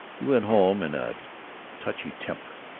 he went home in a touchy temper.